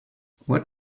what